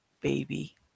baby